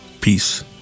peace